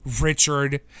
Richard